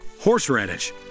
horseradish